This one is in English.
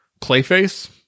Clayface